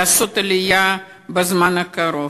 לעלות בזמן הקרוב.